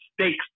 stakes